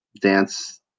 dance